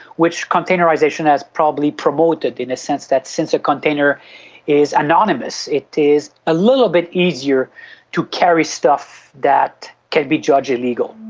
which containerisation has probably promoted in the sense that since a container is anonymous, it is a little bit easier to carry stuff that can be judged illegal.